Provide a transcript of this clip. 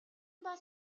бол